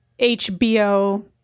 HBO